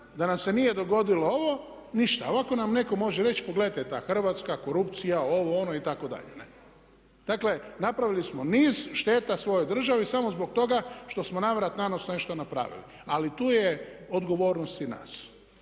da nam se nije dogodilo ovo ništa. Ovako nam netko može reći pogledajte ta Hrvatska, korupcija, ovo, ono itd. Dakle, napravili smo niz šteta svojoj državi samo zbog toga što smo na vrat na nos nešto napravili. Ali tu je odgovornost i nas.